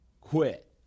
quit